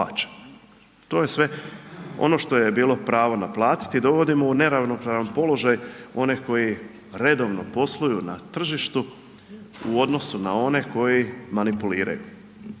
To je sve ono što je bilo pravo naplatiti, dovodimo u neravnopravan položaj one koji redovno posluju na tržištu u odnosu na one koji manipuliraju